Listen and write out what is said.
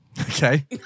Okay